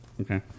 Okay